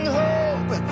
hope